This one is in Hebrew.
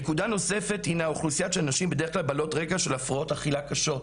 נקודה נוספת היא האוכלוסייה של נשים בעלות רקע של הפרעות אכילה קשות.